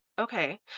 okay